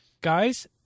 guys